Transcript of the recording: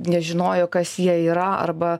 nežinojo kas jie yra arba